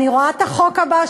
אני רואה את החוק הבא,